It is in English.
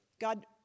God